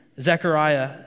Zechariah